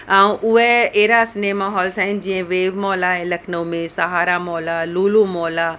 ऐं उहे अहिड़ा सिनेमा हॉल्स आहिनि जीअं वेव मॉल आहे लखनऊ में साहारा मॉल आहे लूलू मॉल आहे